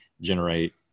generate